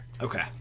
okay